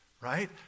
right